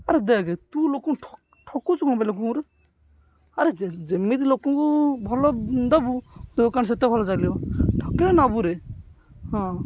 ଆରେ ଦେଖ ତୁ ଲୋକଙ୍କୁ ଠକୁଛୁ କ'ଣ ପାଇଁ ଲୋକଙ୍କୁରେ ଆରେ ଯେମିତି ଲୋକଙ୍କୁ ଭଲ ଦେବୁ ତୋ ଦୋକାନ ସେତେ ଭଲ ଚାଲିବ ଠକିଲେ ନେବୁରେ ହଁ